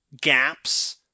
gaps